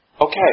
Okay